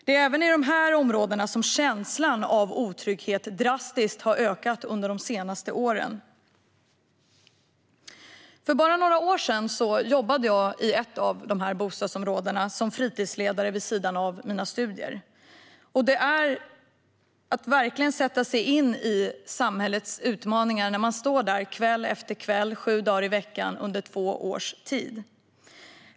Det är även i dessa områden som känslan av otrygghet har ökat drastiskt under de senaste åren. För bara några år sedan jobbade jag vid sidan av mina studier som fritidsledare i ett av dessa bostadsområden. Det är att verkligen sätta sig in i samhällets utmaningar när man står där kväll efter kväll sju dagar i veckan under två års tid.